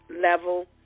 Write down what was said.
level